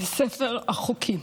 לספר החוקים.